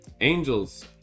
angels